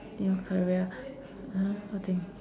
new career uh what thing